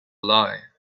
lie